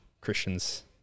Christians